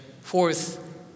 Fourth